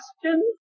questions